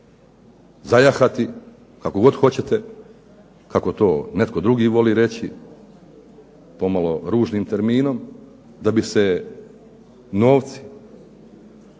zajahati, kako god hoćete, kako to netko drugi voli reći, pomalo ružnim terminom, da bi se novci stvorili,